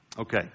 Okay